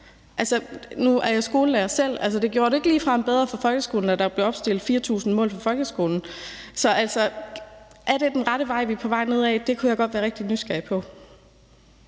Nu er jeg selv skolelærer, og det gjorde det ikke ligefrem bedre for folkeskolen, at der blev opstillet 4.000 mål for folkeskolen. Så er det den rette vej, vi er på vej ned ad? Det kunne jeg godt være rigtig nysgerrig på.